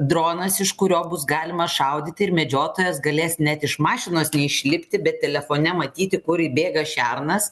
dronas iš kurio bus galima šaudyti ir medžiotojas galės net iš mašinos neišlipti bet telefone matyti kur bėga šernas